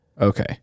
Okay